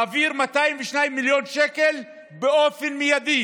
להעביר 202 מיליון שקל באופן מיידי